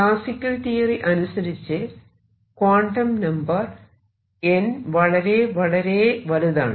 classical theory അനുസരിച്ച് quantum number n വളരെ വളരെ വലുതാണ്